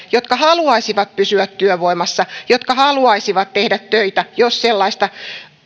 jotka haluaisivat pysyä työvoimassa jotka haluaisivat tehdä töitä jos sellaista